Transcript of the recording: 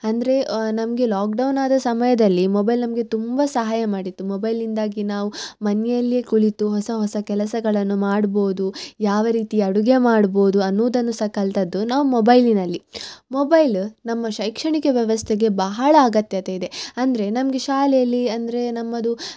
ಅಂದರೆ ನಮಗೆ ಲಾಕ್ಡೌನ್ ಆದ ಸಮಯದಲ್ಲಿ ಮೊಬೈಲ್ ನಮಗೆ ತುಂಬ ಸಹಾಯ ಮಾಡಿತ್ತು ಮೊಬೈಲ್ನಿಂದಾಗಿ ನಾವು ಮನೆಯಲ್ಲಿಯೇ ಕುಳಿತು ಹೊಸ ಹೊಸ ಕೆಲಸಗಳನ್ನು ಮಾಡ್ಬೋದು ಯಾವ ರೀತಿ ಅಡುಗೆ ಮಾಡ್ಬೋದು ಅನ್ನುವುದನ್ನು ಸಹ ಕಲ್ತಿದ್ದು ನಾವು ಮೊಬೈಲಿನಲ್ಲಿ ಮೊಬೈಲ ನಮ್ಮ ಶೈಕ್ಷಣಿಕ ವ್ಯವಸ್ಥೆಗೆ ಬಹಳ ಅಗತ್ಯತೆ ಇದೆ ಅಂದರೆ ನಮಗೆ ಶಾಲೆಯಲ್ಲಿ ಅಂದರೆ ನಮ್ಮದು